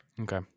Okay